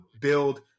build